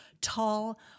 tall